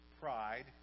pride